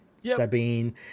sabine